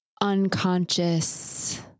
unconscious